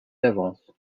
d’avance